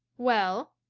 well?